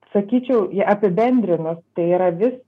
sakyčiau jį apibendrinus tai yra vis